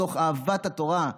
מתוך אהבת התורה,